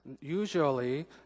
usually